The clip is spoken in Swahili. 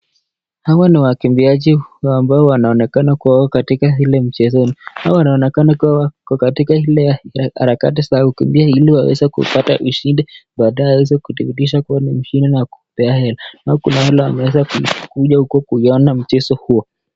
hawa ni wakimbiaji ambao wanaonekana kuwa katika hili mchezo, hawa wanaonekana wakiwa katika ile harakati zao kukimbia ili waweze kupata ushindi, baadaye waweze kurudisha kuwa mshindi na kupea ela, naye kuna wale wameweza kuja huko kuiona mchezo huo.